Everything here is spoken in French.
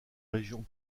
régions